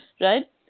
right